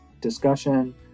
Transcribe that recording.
discussion